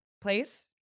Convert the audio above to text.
place